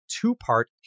two-part